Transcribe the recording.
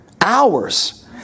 Hours